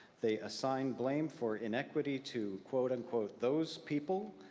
they assign blame for inequity to, quote unquote, those people,